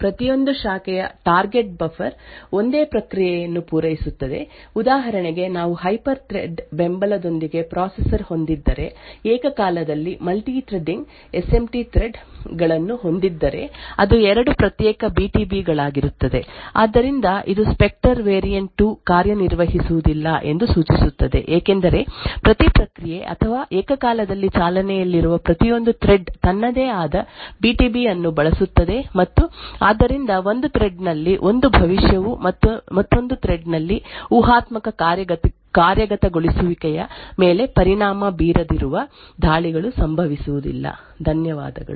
ಪ್ರತಿಯೊಂದು ಶಾಖೆಯ target buffer ಒಂದೇ ಪ್ರಕ್ರಿಯೆಯನ್ನು ಪೂರೈಸುತ್ತದೆ ಉದಾಹರಣೆಗೆ ನಾವು ಹೈಪರ್ಥ್ರೆಡ್ ಬೆಂಬಲದೊಂದಿಗೆ ಪ್ರೊಸೆಸರ್ ಹೊಂದಿದ್ದರೆ ಏಕಕಾಲದಲ್ಲಿ multithreading S M T thread ಗಳನ್ನು ಹೊಂದಿದ್ದರೆ ಅದು ಎರಡು ಪ್ರತ್ಯೇಕ ಬಿಟಿಬಿ ಗಳಾಗಿರುತ್ತದೆ ಆದ್ದರಿಂದ ಇದು ಸ್ಪೆಕ್ಟರ್ ವೇರಿಯಂಟ್ 2 ಕಾರ್ಯನಿರ್ವಹಿಸುವುದಿಲ್ಲ ಎಂದು ಸೂಚಿಸುತ್ತದೆ ಏಕೆಂದರೆ ಪ್ರತಿ ಪ್ರಕ್ರಿಯೆ ಅಥವಾ ಏಕಕಾಲದಲ್ಲಿ ಚಾಲನೆಯಲ್ಲಿರುವ ಪ್ರತಿಯೊಂದು ಥ್ರೆಡ್ ತನ್ನದೇ ಆದ ಬಿಟಿಬಿ ಅನ್ನು ಬಳಸುತ್ತದೆ ಮತ್ತು ಆದ್ದರಿಂದ ಒಂದು ಥ್ರೆಡ್ ನಲ್ಲಿ ಒಂದು ಭವಿಷ್ಯವು ಮತ್ತೊಂದು ಥ್ರೆಡ್ ನಲ್ಲಿ ಊಹಾತ್ಮಕ ಕಾರ್ಯಗತಗೊಳಿಸುವಿಕೆಯ ಮೇಲೆ ಪರಿಣಾಮ ಬೀರದಿರುವ ದಾಳಿಗಳು ಸಂಭವಿಸುವುದಿಲ್ಲ ಧನ್ಯವಾದಗಳು